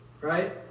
right